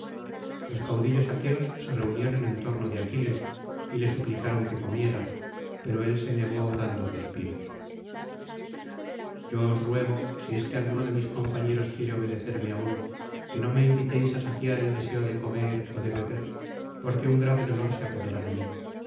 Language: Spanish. los caudillos aqueos se reunieron en torno de aquiles y le suplicaron que comiera pero él se negó dando suspiros yo os ruego si es que alguno de mis compañeros quiere obedecerme aún que no me invitéis á saciar el deseo de comer ó de beber porque un grave dolor se apodera de mí